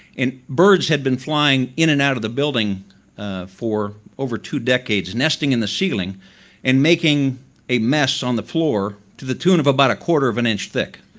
birds had been flying in and out of the building for over two decades nesting in the ceiling and making a mess on the floor to the tune of about a quarter of an inch thick,